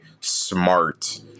smart